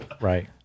right